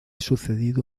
sucedido